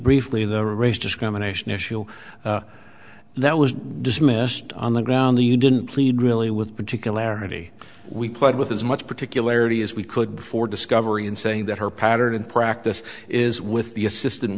briefly the race discrimination issue that was dismissed on the ground you didn't plead really with particularity we played with as much particularity as we could before discovery in saying that her pattern and practice is with the assistant